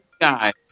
guys